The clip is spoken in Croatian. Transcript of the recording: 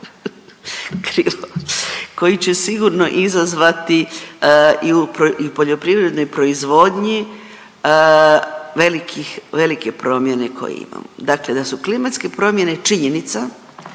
koji će sigurno izazvati i u poljoprivrednoj proizvodnji velikih, velike promjene koje imamo. Dakle da su klimatske promjene činjenica,